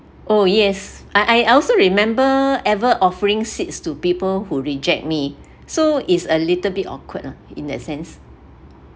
oh yes I I also remember ever offering seats to people who reject me so is a little bit awkward lah in the sense